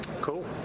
cool